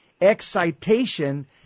excitation